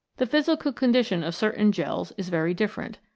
the physical condition of certain gels is very different.